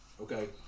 okay